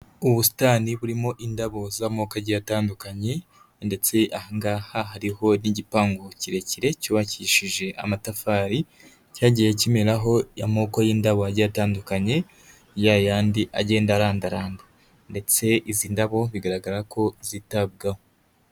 Ubusitani burimo indabo z'amoko agiye atandukanye ndetse aha ngaha hariho n'igipangu kirekire cyubakishije amatafari cyagiye kimenaraho y'amoko y'indabo agiye atandukanye, yayandi agenda arandaramda ndetse izi ndabo bigaragara ko zitabwaho.